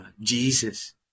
Jesus